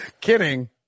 Kidding